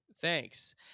thanks